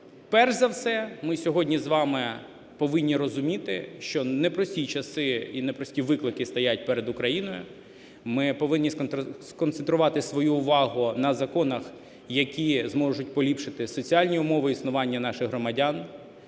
Перш за все ми сьогодні з вами повинні розуміти, що непрості часи і непрості виклики стоять перед Україною. Ми повинні сконцентрувати свою увагу на законах, які зможуть поліпшити соціальні умови існування наших громадян,